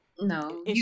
No